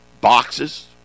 boxes